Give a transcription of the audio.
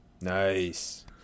Nice